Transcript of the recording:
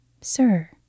Sir